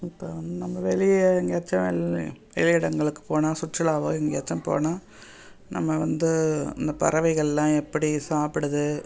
இப்போ வந் நம்ம வெளியே எங்கேயாச்சும் வெளில வெளி இடங்களுக்கு போனால் சுற்றுலாவோ எங்கேயாச்சும் போனால் நம்ம வந்து இந்த பறவைகளெலாம் எப்படி சாப்பிடுது